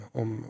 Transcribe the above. om